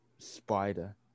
spider